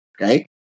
okay